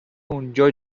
اونجا